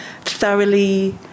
thoroughly